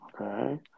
Okay